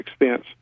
expense